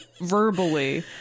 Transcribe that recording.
verbally